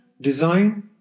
design